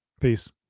Peace